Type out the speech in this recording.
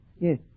Yes